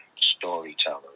storyteller